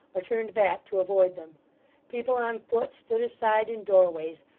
or turned back to avoid them people on foot stood aside in doorways,